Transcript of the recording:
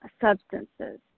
substances